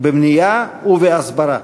במניעה ובהסברה.